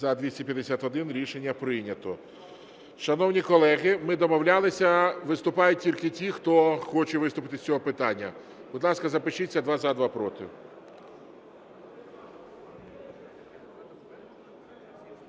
За-251 Рішення прийнято. Шановні колеги, ми домовлялися, виступають тільки ті, хто хоче виступити з цього питання. Будь ласка, запишіться: два – за, два – проти.